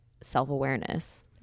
self-awareness